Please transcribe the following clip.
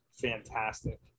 fantastic